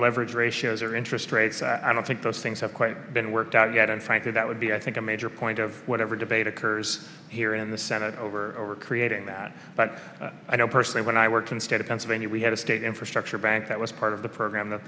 leverage ratios or interest rates i don't think those things have quite been worked out yet and frankly that would be i think a major point of whatever debate occurs here in the senate over creating that but i don't personally when i work instead of pennsylvania we had a state infrastructure bank that was part of the program that